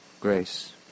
grace